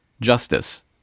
justice